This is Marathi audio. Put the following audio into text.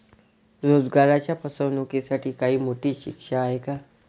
रोजगाराच्या फसवणुकीसाठी काही मोठी शिक्षा आहे का?